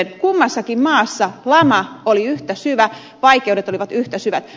kummassakin maassa lama oli yhtä syvä vaikeudet olivat yhtä syvät